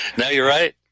you know you're right